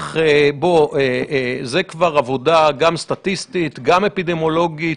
בוא, זו כבר עבודה גם סטטיסטית, גם אפידמיולוגית.